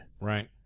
Right